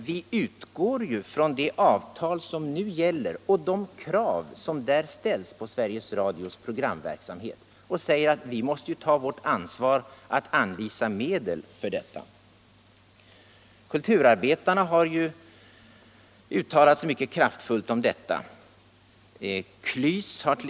Vi utgår från de avtal som gäller och de krav som där ställs på Sveriges Radios programverksamhet och hävdar alt vi måste ta vårt ansvar att anvisa medel för denna. Kulturarbetarna har uttalat sig mycket kraftfullt om denna fråga.